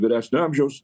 vyresnio amžiaus